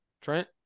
Trent